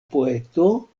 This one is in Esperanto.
poeto